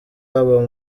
haba